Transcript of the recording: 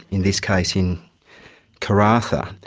in this case in karratha.